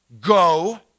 go